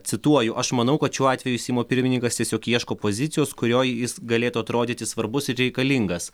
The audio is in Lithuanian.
cituoju aš manau kad šiuo atveju seimo pirmininkas tiesiog ieško pozicijos kurioj jis galėtų atrodyti svarbus ir reikalingas